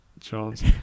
chance